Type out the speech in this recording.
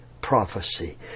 prophecy